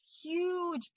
huge